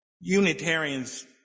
Unitarians